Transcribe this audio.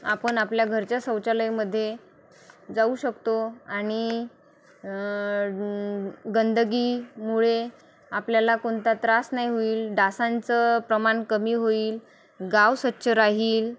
आपण आपल्या घरच्या शौचालयामध्ये जाऊ शकतो आणि गंदगीमुळे आपल्याला कोणता त्रास नाही होईल डासांचं प्रमाण कमी होईल गाव स्वच्छ राहील